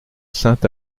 saint